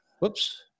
whoops